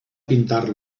pintar